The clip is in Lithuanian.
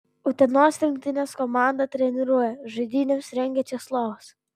utenos rinktinės komandą treniruoja žaidynėms rengia česlovas